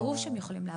ברור שהם יכולים לעבור.